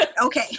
Okay